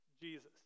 Jesus